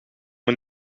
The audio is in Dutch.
een